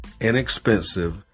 inexpensive